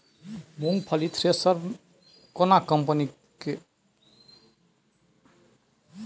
मूंगफली थ्रेसर केना कम्पनी के उत्तम छै?